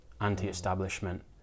anti-establishment